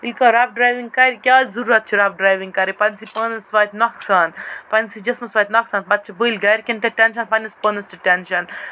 یِتھُے کانہہ ڈرٮ۪وِنگ کرِ کیاہ ضروٗرتھ چھُ رَف ڈرٮ۪وِنگ کرٕنۍ پَتہٕ سُہ پانَس واتہِ نۄقصان پَنٕنِس جِسمَس واتہِ نۄقصان پَتہٕ چھِ بٔلۍ گرِ کٮ۪ن تہِ ٮ۪نشَن پَنٕنِس پانَس تہِ ٹٮ۪نشَن